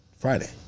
Friday